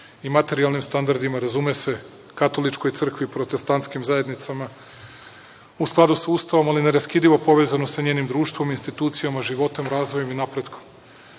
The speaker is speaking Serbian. i materijalnim standardima, razume se, Katoličkoj crkvi, Protestantskim zajednicama. U skladu sa Ustavom one su neraskidivo povezane sa njenim društvom i institucijama života, razvojem i napretkom. Takođe,